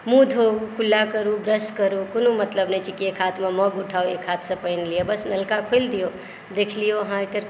मुँह धोवु कुल्ला करू ब्रश करू कोनो मतलब नहि छै कि एक हाथमे मग उठाउ एक हाथसँ पानि लियऽ बस नलके खोलि दियौ देख लियौ अहाँ एकर